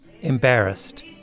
Embarrassed